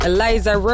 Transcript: Eliza